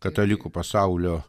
katalikų pasaulio